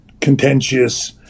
contentious